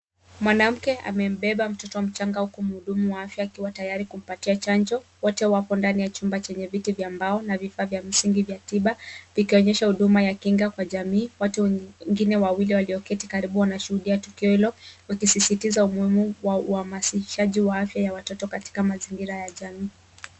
Mwanamke amempeba mtoto mchanga kwa mhudumu wa afya akiwa tayari kumpatia chanjo wote wako kwenye chumba yenye viti vya mbao na vivaa vya mzingi vya tiba vikionyesha hudumu ya kinga Kwa jamii watu wengine wawili walioketi karibu wanashuhudia tukio hilo wakisisitiza humuhimu wa uamasishaji wa afya katika mazingira ja jamii